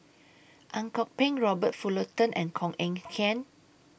Ang Kok Peng Robert Fullerton and Koh Eng Kian